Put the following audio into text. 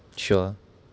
sure